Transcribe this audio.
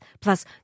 Plus